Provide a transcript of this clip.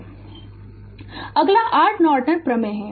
Refer Slide Time 2810 अगला r Norton प्रमेय है